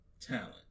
talent